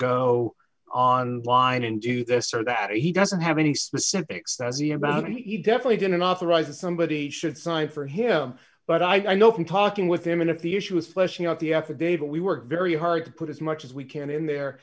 go on line and do this or that he doesn't have any specifics about it he definitely didn't authorize it somebody should sign for him but i know from talking with him and if the issue is fleshing out the affidavit we work very hard to put as much as we can in there